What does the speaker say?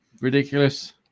ridiculous